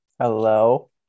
Hello